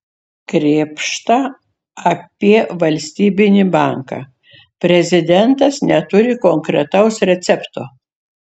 krėpšta apie valstybinį banką prezidentas neturi konkretaus recepto